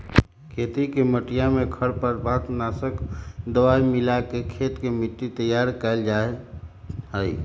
खेत के मटिया में खरपतवार नाशक दवाई मिलाके खेत के मट्टी तैयार कइल जाहई